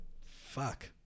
fuck